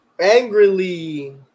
Angrily